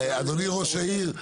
אדוני ראש העיר.